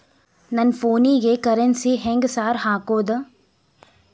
ನನ್ ಫೋನಿಗೆ ಕರೆನ್ಸಿ ಹೆಂಗ್ ಸಾರ್ ಹಾಕೋದ್?